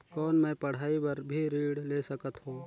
कौन मै पढ़ाई बर भी ऋण ले सकत हो?